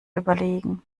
überlegen